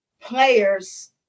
players